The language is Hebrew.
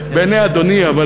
חלחלה בעיני אדוני, מדבר אלי.